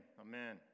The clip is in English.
Amen